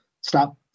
stop